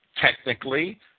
Technically